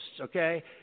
okay